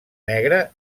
negre